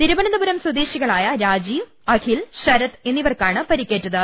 തിരുവന ന്തപുരം സ്വദേശികളായ രാജീവ് അഖിൽ ശരത് എന്നി വർക്കാണ് പരിക്കേറ്റത്